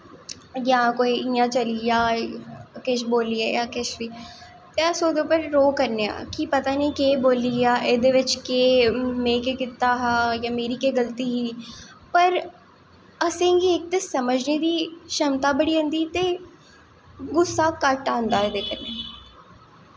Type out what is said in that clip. जां कोई इ'यां चली आ किश बोलियै जां किश बी ते अस ओह्दे पर रोह् करने आं कि पता निं केह् बोली आ एह्दे बिच केह् में केह् कीता हा जां मेरी केह् गलती ही पर असें गी इक ते समझने दी क्षमता बढ़ी जंदी ते गुस्सा घट्ट आंदा एह्दे कन्नै